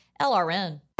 LRN